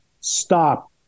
stop